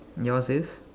yours is